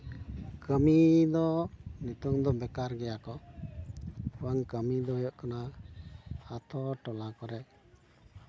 ᱠᱟᱹᱢᱤ ᱫᱚ ᱱᱤᱛᱚᱝ ᱫᱚ ᱵᱮᱠᱟᱨ ᱜᱮᱭᱟ ᱠᱚ ᱵᱟᱝ ᱠᱟᱹᱢᱤ ᱫᱚ ᱦᱩᱭᱩᱜ ᱠᱟᱱᱟ ᱟᱛᱳ ᱴᱚᱞᱟ ᱠᱚᱨᱮᱜ